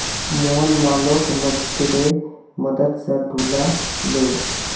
मोहन मालोक मजदूरेर मदद स ढूला ले